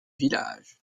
village